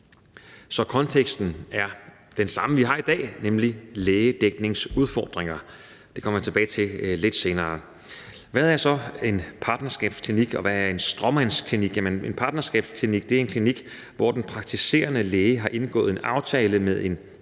Så konteksten er den samme, som vi har i dag, nemlig lægedækningsudfordringer. Det kommer jeg tilbage til lidt senere. Hvad er så en partnerskabsklinik, og hvad er en stråmandsklinik? En partnerskabsklinik er en klinik, hvor den praktiserende læge har indgået en aftale med en